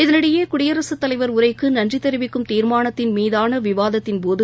இதனிடையேகுடியரசுத் தலைவா் உரைக்குநன்றிதெரிவிக்கும் தீாமானத்தின் மீதானவிவாதத்தின்போது